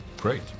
great